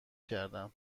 کردند